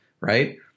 right